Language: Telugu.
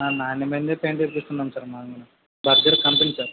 నాణ్యమైనదే పెయింటే తీసుకున్నాం సార్ మామూలుగా బర్జర్ కంపెనీ సార్